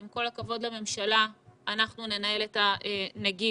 עם הכבוד לממשלה, אנחנו ננהל את הנגיף